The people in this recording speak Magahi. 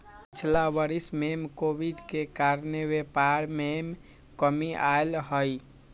पिछिला वरिस में कोविड के कारणे व्यापार में कमी आयल हइ